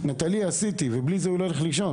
"..נטלי עשיתי.." ובלי זה הוא פשוט לא ילך לישון,